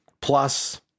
Plus